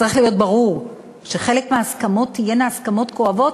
צריך להיות ברור שחלק מההסכמות יהיו הסכמות כואבות,